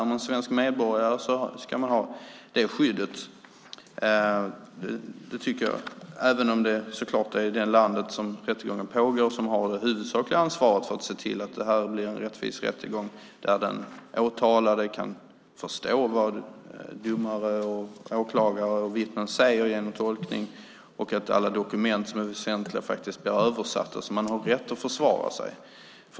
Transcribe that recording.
Är man svensk medborgare ska man ha det skyddet, tycker jag, även om det såklart är det land där rättegången pågår som har det huvudsakliga ansvaret för att se till att det blir en rättvis rättegång där den åtalade genom tolkning kan förstå vad domare, åklagare och vittnen säger och att alla dokument som är väsentliga faktiskt blir översatta, så att man kan försvara sig.